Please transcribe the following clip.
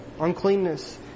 uncleanness